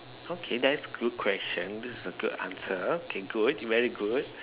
okay that is good question a good answer okay good you very good